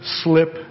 slip